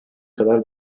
kadar